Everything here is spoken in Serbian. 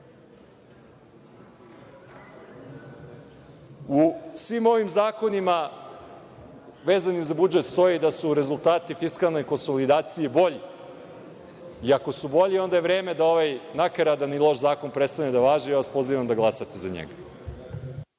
svim ovim zakonima vezanim za budžet stoji da su rezultati fiskalne konsolidacije bolji. Ako su bolji, onda je vreme da ovaj nakaradan i loš zakon prestane da važi. Ja vas pozivam da glasate za njega.